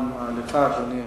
גם לך, אדוני,